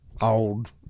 old